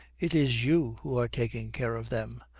it is you who are taking care of them.